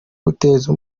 guteza